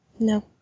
No